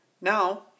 Now